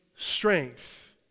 Strength